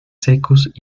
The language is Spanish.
secos